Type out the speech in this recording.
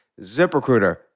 ZipRecruiter